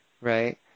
right